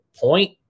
point